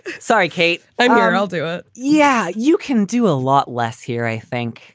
sorry, kate, i'm here. and i'll do it. yeah. you can do a lot less here, i think.